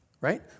Right